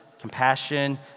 compassion